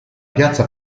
piazza